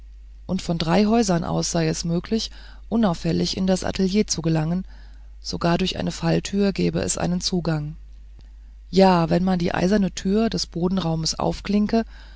und von drei häusern aus sei es möglich unauffällig in das atelier zu gelangen sogar durch eine falltüre gäbe es einen zugang ja wenn man die eiserne tür des bodenraumes aufklinke